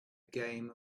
game